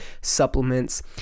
supplements